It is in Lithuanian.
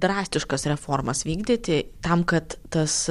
drastiškas reformas vykdyti tam kad tas